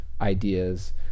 ideas